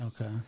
okay